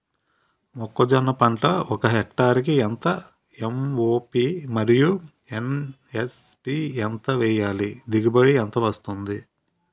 మొక్కజొన్న పంట ఒక హెక్టార్ కి ఎంత ఎం.ఓ.పి మరియు ఎస్.ఎస్.పి ఎంత వేయాలి? దిగుబడి ఎంత వస్తుంది?